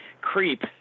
creep